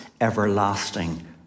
everlasting